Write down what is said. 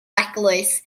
eglwys